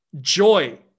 joy